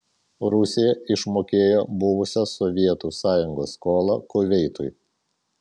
rusija išmokėjo buvusios sovietų sąjungos skolą kuveitui